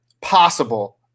possible